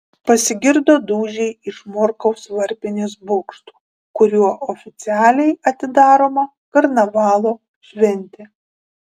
pasigirdo dūžiai iš morkaus varpinės bokšto kuriuo oficialiai atidaroma karnavalo šventė